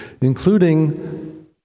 including